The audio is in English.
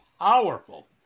powerful